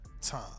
time